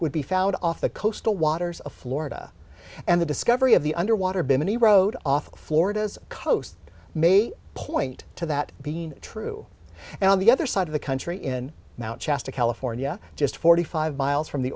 would be found off the coastal waters of florida and the discovery of the underwater bimini road off florida's coast may point to that being true and on the other side of the country in mount shasta california just forty five miles from the